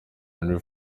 henry